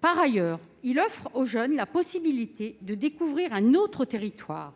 Par ailleurs, il permet aux jeunes de découvrir un autre territoire